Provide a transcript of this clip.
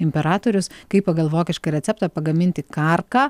imperatorius kaip pagal vokišką receptą pagaminti karką